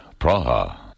Praha